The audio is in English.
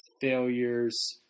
failures